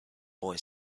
boy